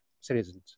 citizens